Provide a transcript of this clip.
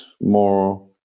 more